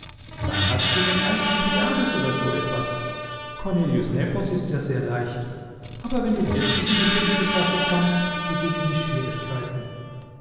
dann hattet ihr den alcibiades oder so etwas cornelius nepos ist ja sehr leicht aber wenn du wirklich in die fünfte klasse kommst beginnen die schwierigkeiten